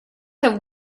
have